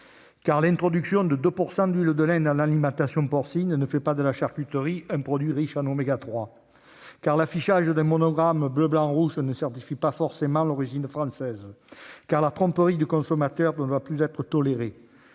L'introduction de 2 % d'huile de lin dans l'alimentation porcine ne fait pas de la charcuterie un produit riche en oméga 3 ! L'affichage d'un drapeau bleu blanc rouge ne certifie pas forcément l'origine française ! La tromperie du consommateur ne doit plus être tolérée